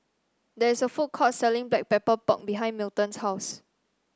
there is a food court selling Black Pepper Pork behind Milton's house